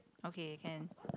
okay can